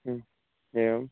एवं